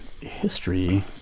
history